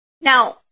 Now